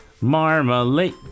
Marmalade